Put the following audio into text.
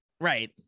right